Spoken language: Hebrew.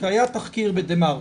היה תחקיר ב"דה מרקר",